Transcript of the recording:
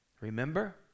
remember